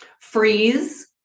Freeze